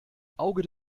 auge